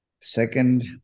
Second